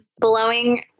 blowing